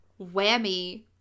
whammy